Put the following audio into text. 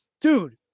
dude